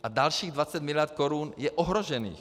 A dalších 20 miliard korun je ohrožených.